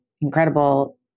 incredible